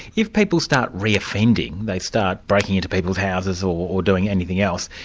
if people start re-offending, they start breaking into people's houses or doing anything else,